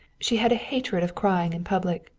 she had a hatred of crying in public,